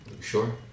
Sure